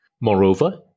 Moreover